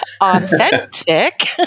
Authentic